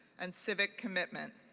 and civic commitment.